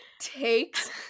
takes